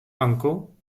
uncle